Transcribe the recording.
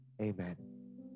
amen